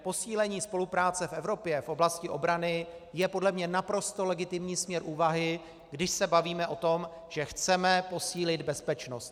Posílení spolupráce v Evropě v oblasti obrany je podle mě naprosto legitimní směr úvahy, když se bavíme o tom, že chceme posílit bezpečnost.